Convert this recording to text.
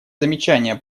замечания